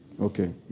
Okay